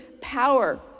power